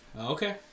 Okay